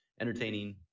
entertaining